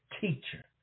teacher